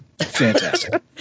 Fantastic